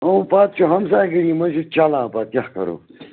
اَوٕ پَتہٕ چھُ ہَمساے گٔری منٛز چھُ چَلان پَتہٕ کیٛاہ کرو